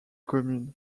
commune